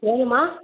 எவ்வளமா